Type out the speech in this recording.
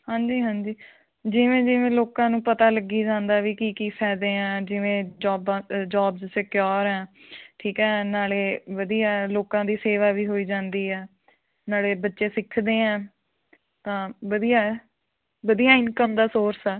ਹਾਂਜੀ ਹਾਂਜੀ ਜਿਵੇਂ ਜਿਵੇਂ ਲੋਕਾਂ ਨੂੰ ਪਤਾ ਲੱਗੀ ਜਾਂਦਾ ਵੀ ਕੀ ਕੀ ਫਾਇਦੇ ਹੈ ਜਿਵੇਂ ਜੋਬਾਂ ਜੋਬਸ ਸਿਕਿਓਰ ਹੈ ਠੀਕ ਹੈ ਨਾਲੇ ਵਧੀਆ ਲੋਕਾਂ ਦੀ ਸੇਵਾ ਵੀ ਹੋਈ ਜਾਂਦੀ ਆ ਨਾਲੇ ਬੱਚੇ ਸਿੱਖਦੇ ਹੈ ਤਾਂ ਵਧੀਆ ਹੈ ਵਧੀਆ ਇਨਕਮ ਦਾ ਸੋਰਸ ਆ